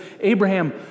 Abraham